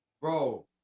Bro